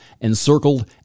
encircled